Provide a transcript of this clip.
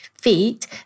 feet